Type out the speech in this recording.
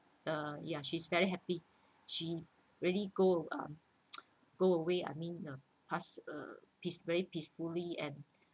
uh ya she's very happy she really go uh go away I mean uh passed uh peace very peacefully and